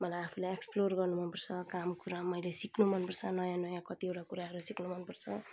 मलाई आफूलाई एक्सप्लोर गर्नु मनपर्छ काम कुरा मैले सिक्नु मनपर्छ नयाँ नयाँ कतिवटा कुराहरू सिक्नु मनपर्छ